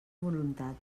voluntat